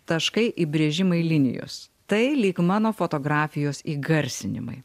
taškai įbrėžimai linijos tai lyg mano fotografijos įgarsinimai